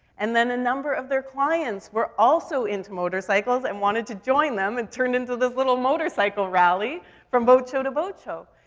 and then a number of their clients were also into motorcycles and wanted to join them, and it turned into this little motorcycle rally from boat show to boat show.